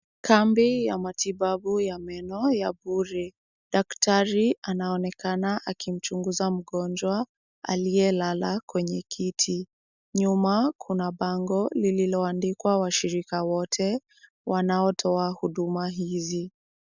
Kambi ya matibabu ya meno ya bure. Daktari anaonekana akimchunguza mgonjwa aliyelala kwenye kiti. Nyuma kuna bango lililoandikwa washirika wote, wanaotoa huduma hizi.